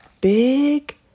big